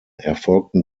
erfolgten